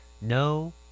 no